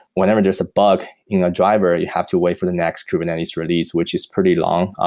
whenever there's a bug in a driver, you have to wait for the next kubernetes release, which is pretty long.